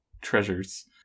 treasures